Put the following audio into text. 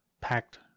packed